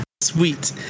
Sweet